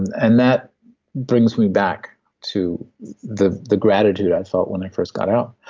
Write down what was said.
and that brings me back to the the gratitude i felt when i first got out,